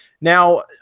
now